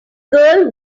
girl